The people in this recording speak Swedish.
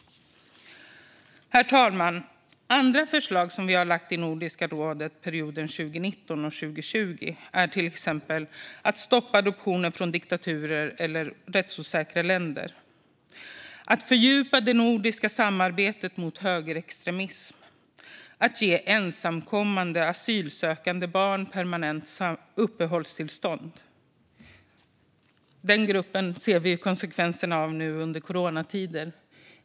Herr talman! Andra förslag som vi har lagt fram i Nordiska rådet under 2019/20 handlar om att stoppa adoptioner från diktaturer eller rättsosäkra länder, att fördjupa det nordiska samarbetet mot högerextremism och att ge ensamkommande asylsökande barn permanent uppehållstillstånd. Under dessa coronatider ser vi konsekvenser för denna grupp.